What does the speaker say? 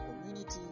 community